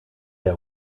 der